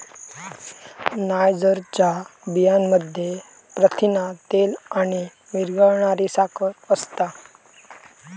नायजरच्या बियांमध्ये प्रथिना, तेल आणि विरघळणारी साखर असता